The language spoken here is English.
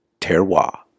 Terroir